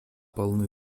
полны